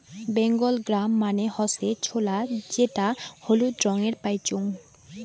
Bengal gram মানে হসে ছোলা যেটা হলুদ রঙে পাইচুঙ